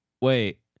wait